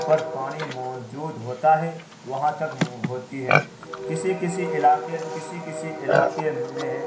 پر پانی موجود ہوتا ہے وہاں تک ہوتی ہے کسی کسی علاقے کسی کسی علاقے میں